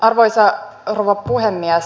arvoisa rouva puhemies